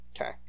Okay